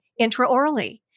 intraorally